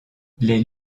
les